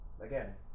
Again